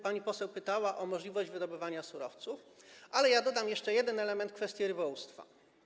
Pani poseł pytała o możliwość wydobywania surowców, ale ja dodam jeszcze jeden element, kwestię rybołówstwa.